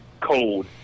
cold